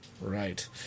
Right